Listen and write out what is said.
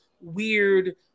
weird